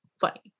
funny